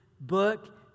book